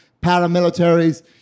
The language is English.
paramilitaries